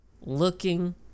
looking